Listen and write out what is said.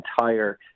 entire